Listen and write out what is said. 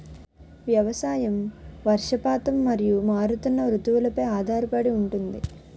వ్యవసాయం వర్షపాతం మరియు మారుతున్న రుతువులపై ఆధారపడి ఉంటుంది